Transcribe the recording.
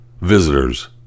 visitors